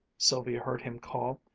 sylvia heard him call,